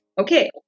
Okay